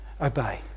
Obey